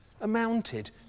amounted